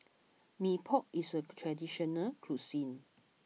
Mee Pok is a traditional cuisine